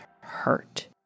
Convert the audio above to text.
hurt